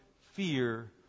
fear